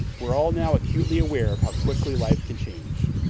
we're all now acutely aware of how quickly life can change.